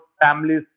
families